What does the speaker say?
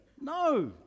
No